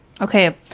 okay